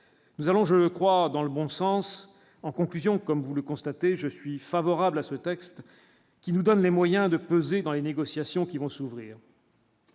nous allons je crois dans le bon sens, en conclusion, comme vous le constatez, je suis favorable à ce texte, qui nous donne les moyens de peser dans les négociations qui vont s'ouvrir.